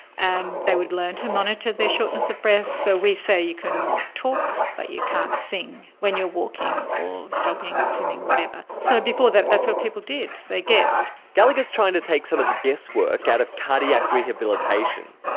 and they would learn to monitor their shortness of breath. so we say you can talk but you can't sing when you are walking or jogging, swimming, whatever. so before that that's what people did, they guessed. gallagher's trying to take some of the guesswork out of cardiac rehabilitation.